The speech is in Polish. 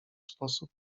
sposób